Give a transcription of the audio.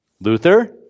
Luther